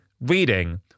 reading